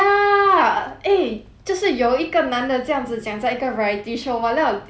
就是有一个男的这样子讲在一个 variety show !walao! 他已经 conclude 这个